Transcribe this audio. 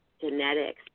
genetics